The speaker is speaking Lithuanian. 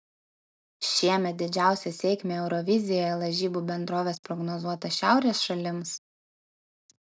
šiemet didžiausią sėkmę eurovizijoje lažybų bendrovės prognozuota šiaurės šalims